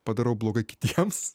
padarau blogai kitiems